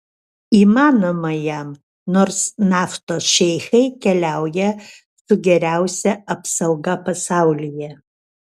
įmanoma jam nors naftos šeichai keliauja su geriausia apsauga pasaulyje